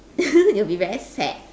you'll be very sad